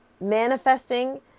manifesting